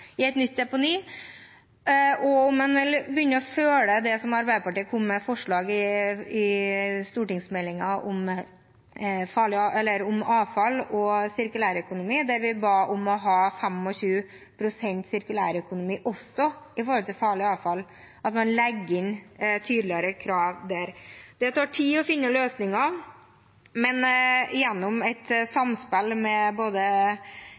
og om han vil begynne å følge det Arbeiderpartiet kom med forslag om i forbindelse med behandlingen av stortingsmeldingen om avfall og sirkulærøkonomi, der vi ba om også å ha 25 pst. sirkulærøkonomi for farlig avfall – at man legger inn tydeligere krav der. Det tar tid å finne løsninger, men gjennom et samspill med både